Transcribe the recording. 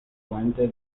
fuente